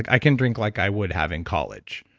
i can drink like i would have in college.